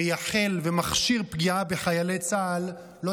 שמכשיר פגיעה בחיילי צה"ל ומייחל לה,